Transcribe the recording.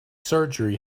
surgery